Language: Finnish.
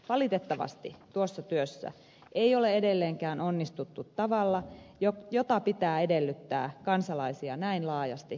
valitettavasti tuossa työssä ei ole edelleenkään onnistuttu tavalla jota pitää edellyttää kansalaisia näin laajasti koskevassa asiassa